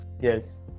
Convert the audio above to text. yes